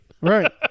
Right